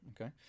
Okay